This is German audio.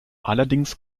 allerdings